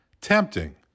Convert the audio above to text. Tempting